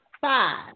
five